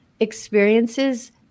experiences